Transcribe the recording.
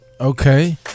Okay